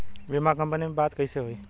बीमा कंपनी में बात कइसे होई?